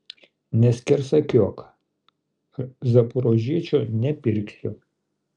neskersakiuok zaporožiečio nepirksiu